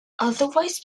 otherwise